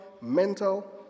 mental